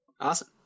Awesome